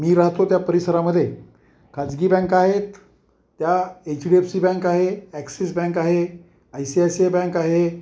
मी राहतो त्या परिसरामध्ये खाजगी बँक आहेत त्या H D F C bank आहे ॲक्सिस बँक आहे I C I C I bank आहे